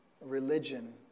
religion